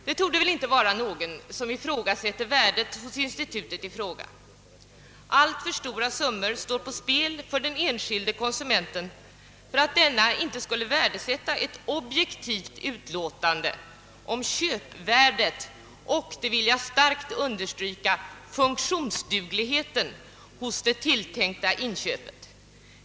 Det torde inte vara någon som ifrågasätter värdet av institutet i fråga. Alltför stora summor står på spel för den enskilde konsumenten för att denne inte skulle värdesätta ett objektivt utlåtande om köpvärdet och — det vill jag starkt understryka — funktionsdugligheten hos det tilltänkta inköpet.